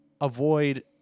avoid